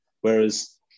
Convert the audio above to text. whereas